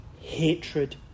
hatred